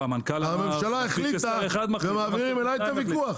הממשלה החליטה ומעבירים אליי את הוויכוח?